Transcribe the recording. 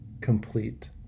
complete